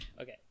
Okay